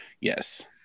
Yes